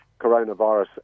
coronavirus